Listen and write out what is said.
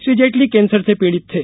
Shri Jaitley cancer से पीड़ित थे